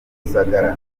rusagara